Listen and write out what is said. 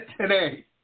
today